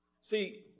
See